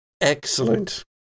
Excellent